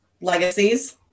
legacies